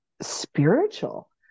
spiritual